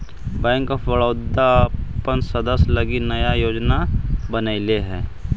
bank of Baroda अपन सदस्य लगी नया योजना बनैले हइ